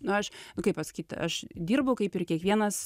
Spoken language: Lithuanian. nu aš kaip pasakyt aš dirbau kaip ir kiekvienas